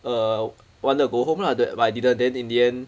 err wanted to go home lah but I didn't then in the end